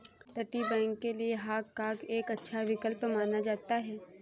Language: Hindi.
अपतटीय बैंक के लिए हाँग काँग एक अच्छा विकल्प माना जाता है